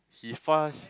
he fast